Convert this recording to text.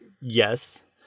yes